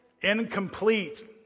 incomplete